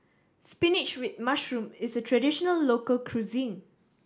spinach with mushroom is a traditional local cuisine